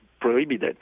prohibited